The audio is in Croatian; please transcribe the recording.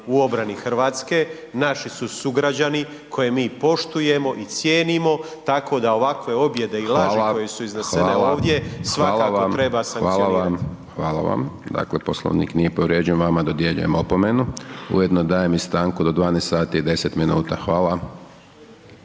u obrani Hrvatske, naši su sugrađani koje mi poštujemo i cijenimo tako da ovakve objede i laži koje su iznesene ovdje, svakako treba sankcionirati. **Hajdaš Dončić, Siniša (SDP)** Hvala, hvala vam, hvala vam, hvala vam. Dakle, Poslovnik nije povrijeđen, vama dodjeljujem opomenu. Ujedno dajem u stanku do 12 sati i 10 minuta, hvala.